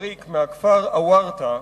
קוואריק מהכפר עוורתא,